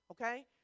okay